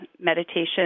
meditation